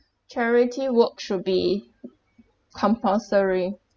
charity work should be compulsory